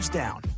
down